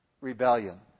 rebellion